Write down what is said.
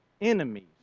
enemies